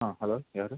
ஆ hello யார்